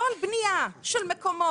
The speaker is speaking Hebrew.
לא על בניית מקומות.